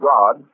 God